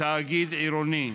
תאגיד עירוני,